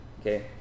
okay